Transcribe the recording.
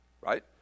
Right